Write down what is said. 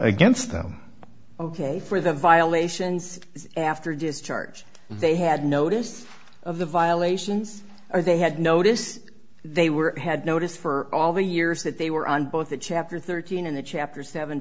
against them ok for the violations after discharge they had notice of the violations or they had notice they were had notice for all the years that they were on both the chapter thirteen and a chapter seven